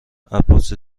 عباس